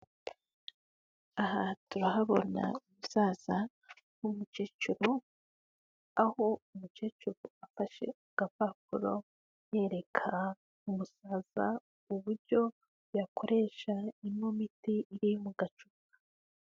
Aha turahabona umusaza n'umukecuru, aho umukecuru afashe agapapuro yereka umusaza uburyo yakoresha ino miti iri mu gacupa.